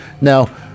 Now